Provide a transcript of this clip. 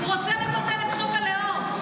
הוא רוצה לבטל את חוק הלאום.